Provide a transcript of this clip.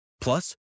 Plus